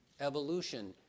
evolution